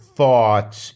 thoughts